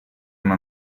una